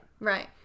right